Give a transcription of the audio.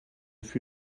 fut